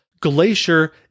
Glacier